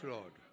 Lord